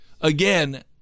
again